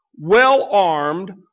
well-armed